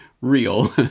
real